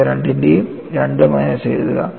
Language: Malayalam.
ഇവ രണ്ടിന്റെയും 2 മൈനസ് എഴുതുക